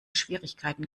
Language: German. schwierigkeiten